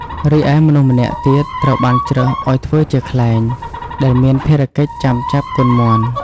រីឯមនុស្សម្នាក់ទៀតត្រូវបានជ្រើសឲ្យធ្វើជាខ្លែង ដែលមានភារកិច្ចចាំចាប់កូនមាន់។